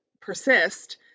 persist